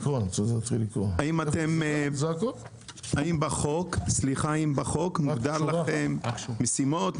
האם בחוק מוגדר לכם משימות,